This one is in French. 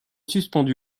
suspendu